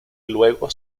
luego